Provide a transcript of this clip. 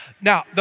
Now